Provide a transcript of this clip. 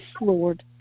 Lord